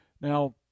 Now